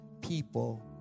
people